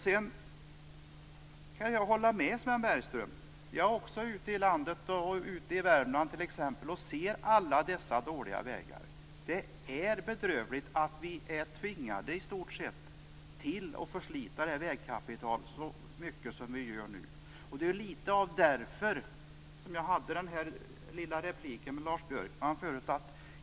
Sedan kan jag hålla med Sven Bergström. Jag är också ute i landet, t.ex. ute i Värmland, och ser alla dessa dåliga vägar. Det är bedrövligt att vi i stort sett är tvingade att förslita vägkapitalet så mycket som vi gör nu. Det var lite därför som jag hade det här lilla replikskiftet med Lars Björkman förut.